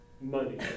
money